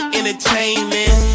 entertainment